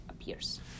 appears